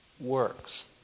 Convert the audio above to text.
works